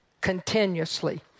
continuously